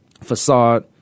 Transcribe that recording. facade